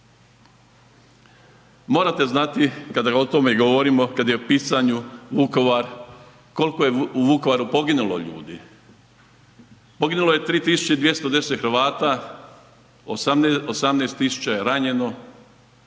Morate znati kada o tome govorimo kada je u pitanju Vukovar koliko je u Vukovaru poginulo ljudi, poginulo je 3.210 Hrvata, 18.000 je ranjeno,